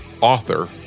author